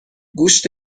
گوشت